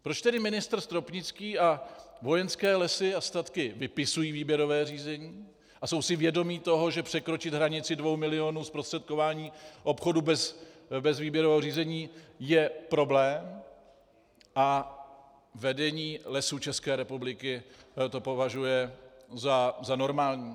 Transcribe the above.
Proč tedy ministr Stropnický a Vojenské lesy a statky vypisují výběrové řízení a jsou si vědomi toho, že překročit hranici dvou milionů zprostředkování obchodu bez výběrového řízení je problém, a vedení Lesů České republiky to považuje za normální?